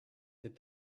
that